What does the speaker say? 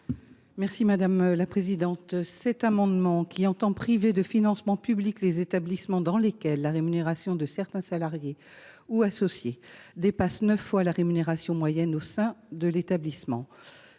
l’avis de la commission ? Vous entendez priver de financement public les établissements dans lesquels la rémunération de certains salariés ou associés dépasse neuf fois la rémunération moyenne au sein de l’établissement.